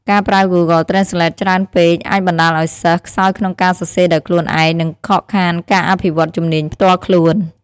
ការប្រើ Google Translate ច្រើនពេកអាចបណ្ដាលឲ្យសិស្ស ខ្សោយក្នុងការសរសេរដោយខ្លួនឯង និងខកខានការអភិវឌ្ឍជំនាញផ្ទាល់ខ្លួន។